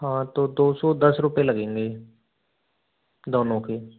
हाँ तो दौ सौ दस रुपये लगेंगे दोनों के